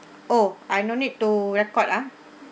oh I no need to record ah